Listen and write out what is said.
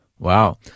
Wow